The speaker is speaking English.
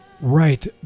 Right